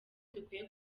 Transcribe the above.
dukwiye